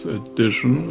edition